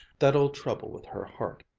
that old trouble with her heart,